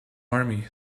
army